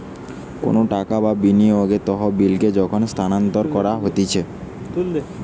কোনো টাকা বা বিনিয়োগের তহবিলকে যখন স্থানান্তর করা হতিছে